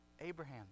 Abraham